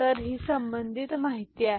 तर ही संबंधित माहिती आहे